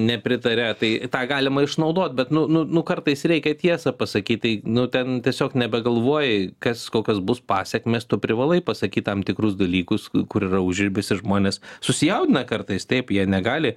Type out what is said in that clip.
nepritaria tai tą galima išnaudot bet nu nu nu kartais reikia tiesą pasakyt tai nu ten tiesiog nebegalvoji kas kokios bus pasekmės tu privalai pasakyt tam tikrus dalykus kur yra užribis ir žmonės susijaudina kartais taip jie negali